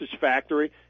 factory